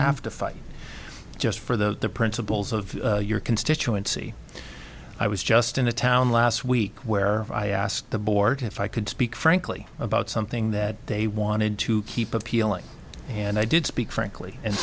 have to fight just for the principles of your constituency i was just in a town last week where i asked the board if i could speak frankly about something that they wanted to keep appealing and i did speak frankly and